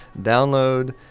download